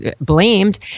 blamed